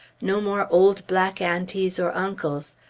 no more old black aunties or uncles!